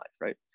right